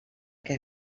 que